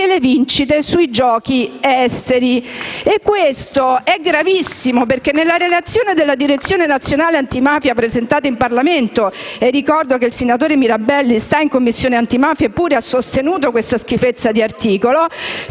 dal Gruppo M5S)*. Questo è gravissimo, perché nella relazione della Direzione nazionale antimafia presentata in Parlamento - e ricordo che il senatore Mirabelli è membro della Commissione antimafia, eppure ha sostenuto questa schifezza di articolo